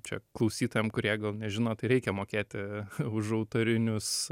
čia klausytojam kurie gal nežino tai reikia mokėti už autorinius